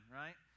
right